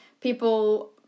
people